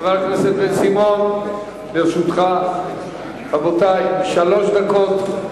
חבר הכנסת בן-סימון, לרשותך שלוש דקות.